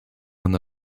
ona